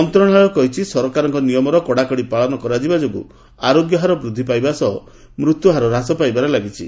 ମନ୍ତ୍ରଣାଳୟ କହିଛି ସରକାରଙ୍କ ନିୟମର କଡାକଡି ପାଳନ କରାଯିବା ଯୋଗୁଁ ଆରୋଗ୍ୟହାର ବୃଦ୍ଧି ପାଇବା ସହ ମୃତ୍ୟୁହାର ହ୍ରାସ ପାଇବାରେ ଲାଗିଛି